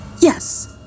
Yes